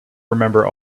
remember